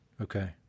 Okay